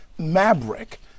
Maverick